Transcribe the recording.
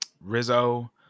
Rizzo